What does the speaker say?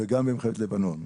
וגם במלחמת לבנון.